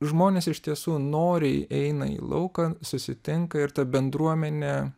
žmonės iš tiesų noriai eina į lauką susitinka ir ta bendruomenė